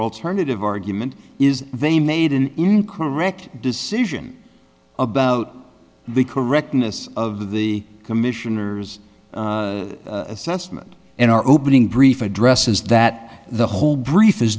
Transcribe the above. alternative argument is they made an incorrect decision about the correctness of the commissioner's assessment in our opening brief address is that the whole brief is